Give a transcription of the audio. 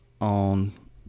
on